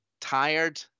tired